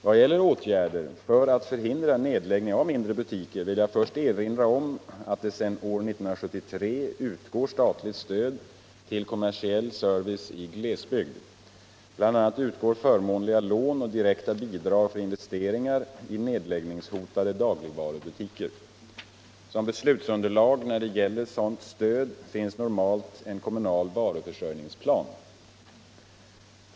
Vad gäller åtgärder för att förhindra nedläggning av mindre butiker vill jag först erinra om att det sedan år 1973 utgår statligt stöd till kommersiell service i glesbygd. BI. a. utgår förmånliga lån och direkta bidrag för investeringar i nedläggningshotade dagligvarubutiker. Som beslutsunderlag när det gäller sådant stöd finns normalt en kommunal varuförsörjningsplan.